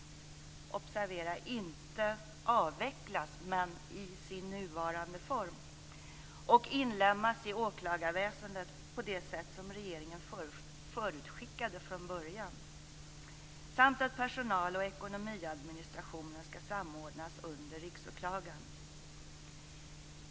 - observera inte avvecklas helt, utan i sin nuvarande form - och inlemmas i åklagarväsendet på det sätt som regeringen förutskickade från början. Dessutom har jag yrkat på att personal och ekonomiadministrationen ska samordnas under Riksåklagaren.